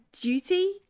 duty